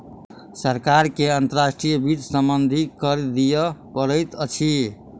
सरकार के अंतर्राष्ट्रीय वित्त सम्बन्धी कर दिअ पड़ैत अछि